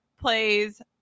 plays